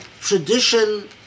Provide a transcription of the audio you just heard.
tradition